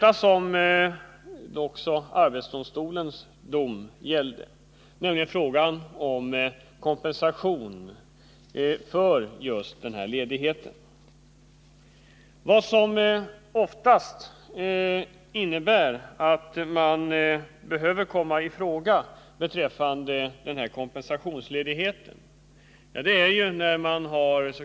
Arbetsdomstolens dom gällde just frågan om kompensation för den här ledigheten. Kompensationsledigheten kommer oftast i fråga när man har.